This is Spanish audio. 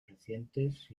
recientes